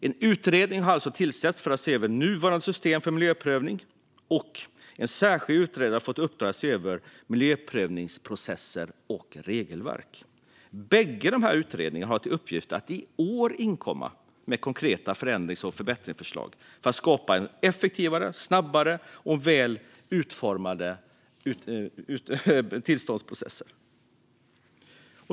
En utredning har alltså tillsatts för att se över nuvarande system för miljöprövning, och en särskild utredare har fått i uppdrag att se över miljöprövningsprocesser och regelverk. Bägge dessa utredningar har till uppgift att i år inkomma med konkreta förändrings och förbättringsförslag för att skapa effektivare, snabbare och väl utformade tillståndsprocesser.